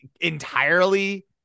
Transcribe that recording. entirely